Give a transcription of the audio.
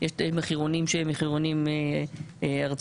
יש מחירונים שהם מחירונים ארציים.